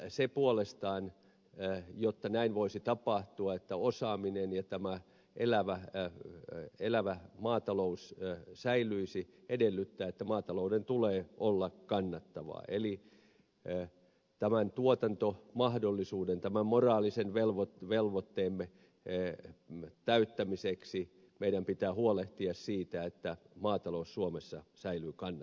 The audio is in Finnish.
se puolestaan jotta näin voisi tapahtua että osaaminen ja elävä maatalous säilyisi edellyttää että maatalouden tulee olla kannattavaa eli tämän tuotantomahdollisuuden tämän moraalisen velvoitteemme täyttämiseksi meidän pitää huolehtia siitä että maatalous suomessa säilyy kannattavana